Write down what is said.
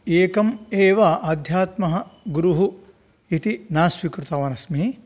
एकम् एव आध्यात्मः गुरुः इति न स्वीकृतवान् अस्मि